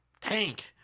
tank